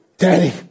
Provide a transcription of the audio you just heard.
Daddy